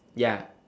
ya